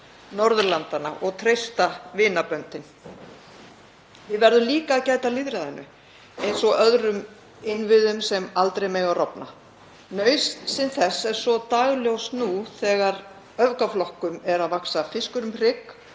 Norðurlandanna og treysta vinaböndin. Við verðum líka að gæta að lýðræðinu eins og öðrum innviðum sem aldrei mega rofna. Nauðsyn þess er svo dagljós nú þegar öfgaflokkum vex fiskur um hrygg